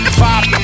five